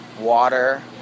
water